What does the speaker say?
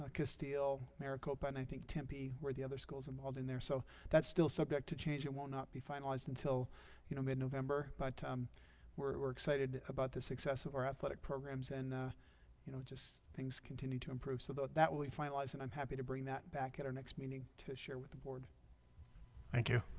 castillo, maricopa, and i think tempe where the other schools involved in there so that's still subject to change and will not be finalized until you know mid november, but um we're excited about the success of our athletic programs and you know just things continue to improve so that will be finalized and i'm happy to bring that back at our next meeting to share with the board thank you